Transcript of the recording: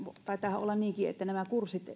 taitaahan olla niinkin että näitä